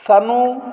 ਸਾਨੂੰ